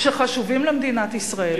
שחשובים למדינת ישראל,